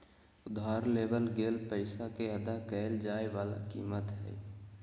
उधार लेवल गेल पैसा के अदा कइल जाय वला कीमत हइ